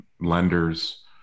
lenders